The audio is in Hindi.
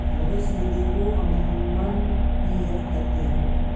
भविष्य निधि को अमूमन पी.एफ कहते हैं